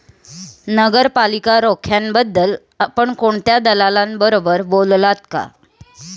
नगरपालिका रोख्यांबद्दल आपण कोणत्या दलालाबरोबर बोललात का?